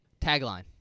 Tagline